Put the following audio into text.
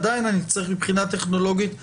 אני עדיין צריך מבחינה טכנולוגית הרכשה.